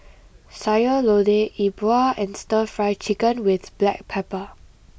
Sayur Lodeh E Bua and Stir Fry Chicken with Black Pepper